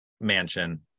mansion